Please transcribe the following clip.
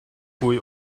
pwy